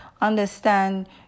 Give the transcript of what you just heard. understand